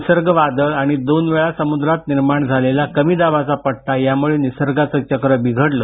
निसर्ग वादळ आणि सलग दोन वेळा समुद्रात निर्माण झालेला कमी दाबाचा पट्टा यामुळे निसर्गाचं चक्र बिघडलं